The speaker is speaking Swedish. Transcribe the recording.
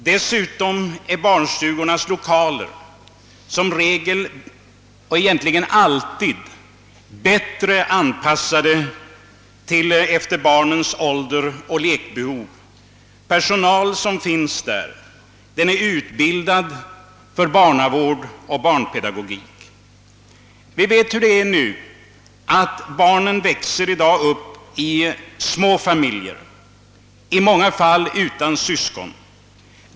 Dessutom är barnstugornas lokaler som regel, egentligen alltid, bättre anpassade efter barnens ålder och lekbehov. Den personal som finns där är utbildad för barnavård och barnpedagogik. Vi vet att barnen i dag växer upp i små familjer, i många fall utan syskon.